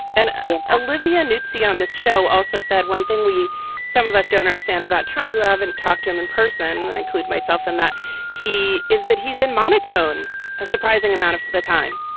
and ah ah olivia nuzzi on this show also said one thing we some of us donor sand about trump who haven't talked to him in person. i include myself in that he is that he's in monotone a surprising amount of the time.